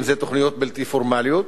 אם תוכניות בלתי פורמליות,